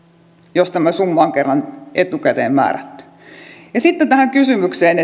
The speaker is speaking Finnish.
jos tämä summa on kerran etukäteen määrätty ja sitten tähän kysymykseen